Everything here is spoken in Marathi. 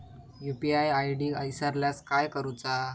यू.पी.आय आय.डी इसरल्यास काय करुचा?